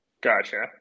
Gotcha